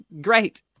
great